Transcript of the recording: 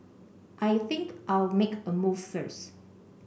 I think I'll make a move first